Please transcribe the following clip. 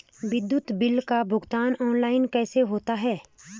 विद्युत बिल का भुगतान ऑनलाइन कैसे होता है?